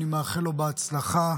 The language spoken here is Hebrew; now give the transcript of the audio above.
אני מאחל לו הצלחה.